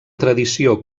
tradició